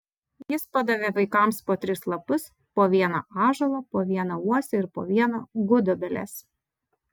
jis padavė vaikams po tris lapus po vieną ąžuolo po vieną uosio ir po vieną gudobelės